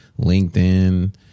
LinkedIn